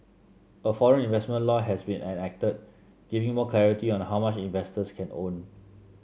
a foreign investment law has been enacted giving more clarity on how much investors can own